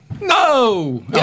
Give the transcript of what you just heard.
No